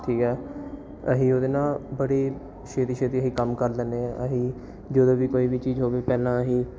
ਠੀਕ ਹੈ ਅਸੀਂ ਉਹਦੇ ਨਾਲ ਬੜੀ ਛੇਤੀ ਛੇਤੀ ਅਸੀਂ ਕੰਮ ਕਰ ਲੈਂਦੇ ਹਾਂ ਅਸੀਂ ਜਦੋਂ ਵੀ ਕੋਈ ਵੀ ਚੀਜ਼ ਹੋਵੇ ਪਹਿਲਾਂ ਅਸੀਂ